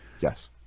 Yes